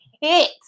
hit